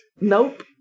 Nope